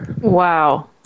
Wow